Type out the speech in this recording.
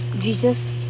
Jesus